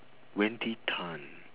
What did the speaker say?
wendy tan